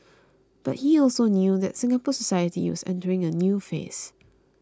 but he also knew that Singapore society was entering a new phase